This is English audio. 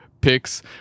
picks